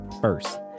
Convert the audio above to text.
first